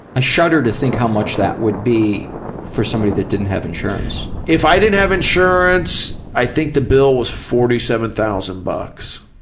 ah shudder to think how much that would be for somebody that didn't have insurance. if i didn't have insurance, i think the bill was forty seven thousand dollars,